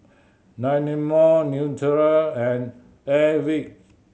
Dynamo Naturel and Airwick